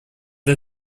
для